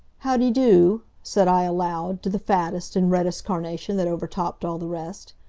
howdy-do! said i aloud to the fattest and reddest carnation that overtopped all the rest.